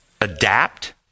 adapt